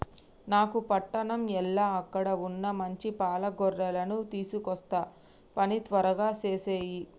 నాను పట్టణం ఎల్ల అక్కడ వున్న మంచి పాల గొర్రెలను తీసుకొస్తా పని త్వరగా సేసేయి